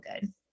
good